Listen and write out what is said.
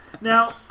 Now